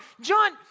John